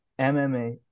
MMA